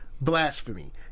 Blasphemy